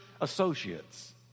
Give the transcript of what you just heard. Associates